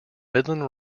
midland